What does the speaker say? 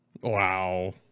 Wow